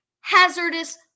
hazardous